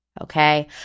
okay